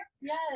Yes